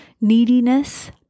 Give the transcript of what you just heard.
neediness